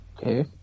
Okay